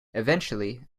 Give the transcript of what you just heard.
eventually